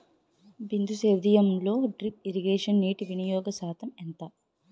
బిందు సేద్యంలో drip irrigation నీటివినియోగ శాతం ఎంత?